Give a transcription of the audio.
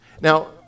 Now